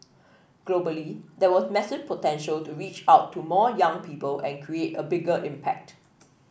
globally there was massive potential to reach out to more young people and create a bigger impact